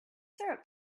syrup